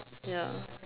ya